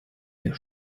wir